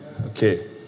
Okay